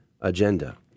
agenda